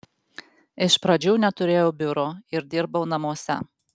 iš pradžių neturėjau biuro ir dirbau namuose